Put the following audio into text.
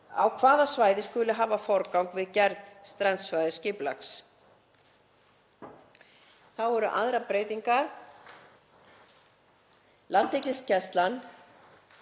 hvaða svæði skuli hafa forgang við gerð strandsvæðisskipulags. Þá eru aðrar breytingar. Landgræðslan,